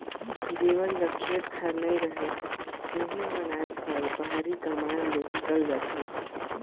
जेमन जग खेत खाएर नी रहें तेहू मन आएज काएल बाहिरे कमाए ले हिकेल जाथें